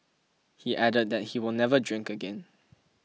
he added that he will never drink again